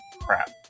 Crap